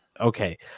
Okay